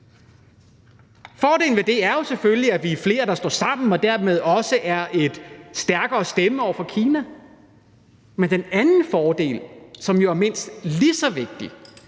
Fordelen ved det er selvfølgelig, at vi er flere, der står sammen og dermed også er en stærkere stemme over for Kina. Men en anden fordel, som jo er mindst lige så vigtig,